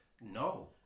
No